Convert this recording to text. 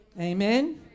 Amen